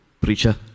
preacher